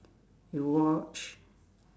you watch